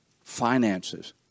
finances